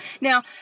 Now